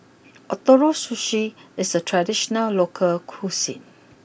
Ootoro Sushi is a traditional local cuisine